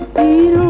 a